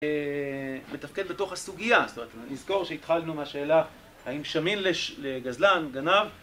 מתפקד בתוך הסוגיה, זאת אומרת, נזכור שהתחלנו מהשאלה האם שמין לגזלן, גנב